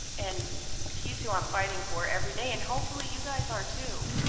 and he's who i'm fighting for every day and, hopefully, you guys are too